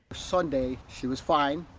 sunday she was fine.